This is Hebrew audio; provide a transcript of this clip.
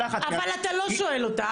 אבל אתה לא שואל אותה.